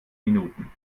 minuten